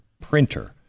printer